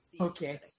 Okay